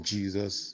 Jesus